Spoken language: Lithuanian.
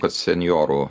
kad senjorų